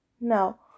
No